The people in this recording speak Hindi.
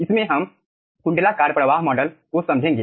इसमें हम कुंडलाकार प्रवाह मॉडल को समझेंगे